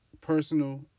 personal